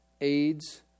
AIDS